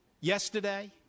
Yesterday